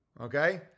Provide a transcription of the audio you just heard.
Okay